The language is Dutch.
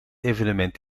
evenement